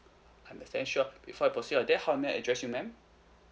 understand sure before I proceed on that how may I address you madam